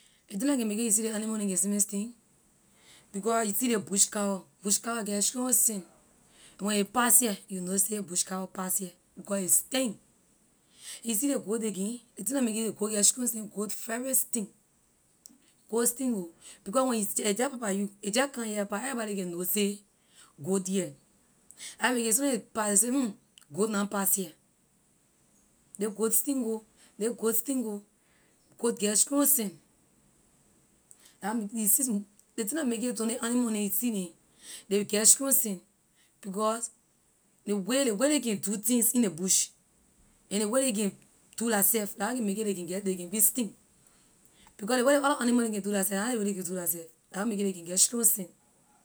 Ley thing la can make it you see ley animal neh can smell stink because you see ley bush cow bush cow get strong scent when a pass here you know say bush cow pass here because a stink you see ley goat again ley thing la make it goat get strong scent goat very stink, goat stink ho because when you a jeh pass by you a jeh come here pah everybody can know say goat here la a make it soona a pass ley can say hmm goat na pass here ley goat stink ho ley goat stink ho goat get strong scent la why make it you see some ley thing la make it some ley animal neh you see neh ley get strong scent because ley way ley ley can do things in ley bush and ley way ley can do la self la why can make it ley can be stink because ley way ley other animal neh can do la seh na how ley one neh can do la seh la why make it ley can get strong scent.